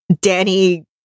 Danny